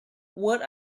what